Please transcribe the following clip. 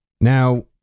Now